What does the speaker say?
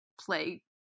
play